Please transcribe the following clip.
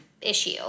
issue